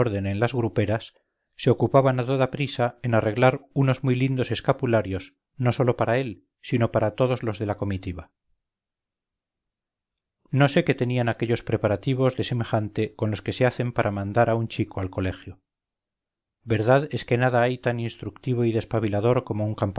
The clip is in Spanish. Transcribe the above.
las gruperas se ocupaban a toda prisa en arreglar unos muy lindos escapularios no sólo para él sino para todos los de la comitiva no sé qué tenían aquellos preparativos de semejante con los que se hacen para mandar a un chico al colegio verdad es que nada hay tan instructivo y despabilador como un